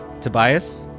Tobias